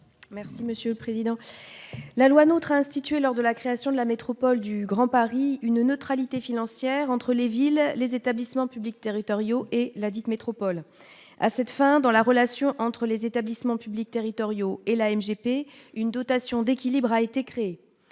Merci Monsieur le Président, la loi notre instituée lors de la création de la métropole du Grand Paris une neutralité financière entre les villes, les établissements publics territoriaux et ladite métropole à cette fin dans la relation entre les établissements publics territoriaux et la NGP une dotation d'équilibre a été créé